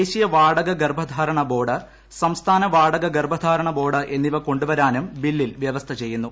ദേശീയ വാടക ഗർഭധാരണ ബോർഡ് സംസ്ഥാന വാടകഗർഭധാരണ ബോർഡ് എന്നിവ കൊണ്ടുവരാനും ബില്ലിൽ വ്യവസ്ഥ ചെയ്യുന്നു